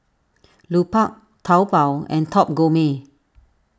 Lupark Taobao and Top Gourmet